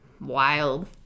wild